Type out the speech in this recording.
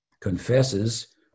confesses